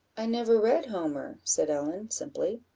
i never read homer, said ellen, simply.